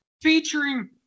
featuring